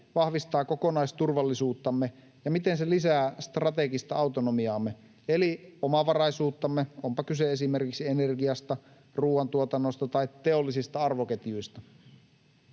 vahvistaa kokonaisturvallisuuttamme ja miten se lisää strategista autonomiaamme eli omavaraisuuttamme, onpa kyse esimerkiksi energiasta, ruoantuotannosta tai teollisista arvoketjuista.